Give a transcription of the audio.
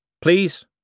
Please